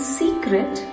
secret